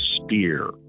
spear